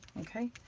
okay,